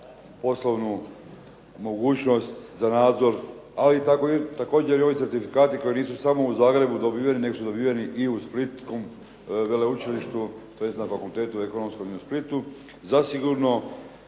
poslovnu mogućnost za nadzor, ali također i ovi certifikati koji nisu samo u Zagrebu dobiveni nego su dobiveni i u Splitskom Veleučilištu tj. na fakultetu Ekonomskom i u Splitu. Zasigurno